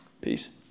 Peace